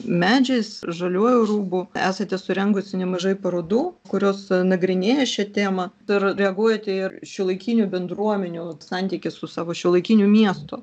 medžiais žaliuoju rūbu esate surengusi nemažai parodų kurios nagrinėja šią temą dar reaguojate ir šiuolaikinių bendruomenių santykis su savo šiuolaikiniu miestu